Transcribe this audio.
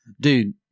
dude